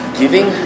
giving